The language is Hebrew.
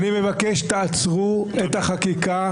אני מבקש שתעצרו את החקיקה,